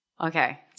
okay